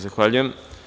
Zahvaljujem.